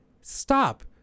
stop